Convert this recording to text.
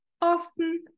Often